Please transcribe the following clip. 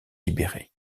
libéré